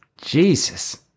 Jesus